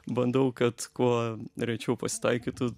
bandau kad kuo rečiau pasitaikytų